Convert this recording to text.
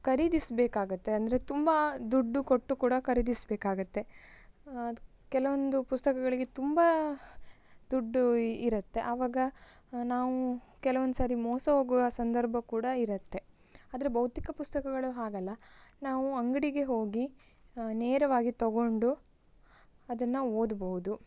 ಖರೀದಿಸಬೇಕಾಗತ್ತೆ ಅಂದರೆ ತುಂಬ ದುಡ್ಡು ಕೊಟ್ಟು ಕೂಡ ಖರೀದಿಸಬೇಕಾಗತ್ತೆ ಕೆಲವೊಂದು ಪುಸ್ತಕಗಳಿಗೆ ತುಂಬ ದುಡ್ಡು ಇ ಇರುತ್ತೆ ಆವಾಗ ನಾವು ಕೆಲವೊಂದು ಸಾರಿ ಮೋಸ ಹೋಗುವ ಸಂದರ್ಭ ಕೂಡ ಇರತ್ತೆ ಆದರೆ ಭೌತಿಕ ಪುಸ್ತಕಗಳು ಹಾಗಲ್ಲ ನಾವು ಅಂಗಡಿಗೆ ಹೋಗಿ ನೇರವಾಗಿ ತೊಗೊಂಡು ಅದನ್ನು ಓದಬಹುದು